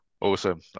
awesome